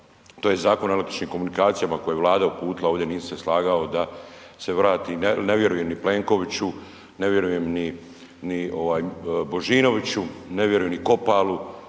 tj. Zakon o elektroničkim komunikacijama koji je Vlada uputila ovdje nisam se slagao da se vrati, ne vjerujem ni Plenkoviću, ne vjerujem ni, ni ovaj Božinoviću, ne vjerujem ni Kopalu,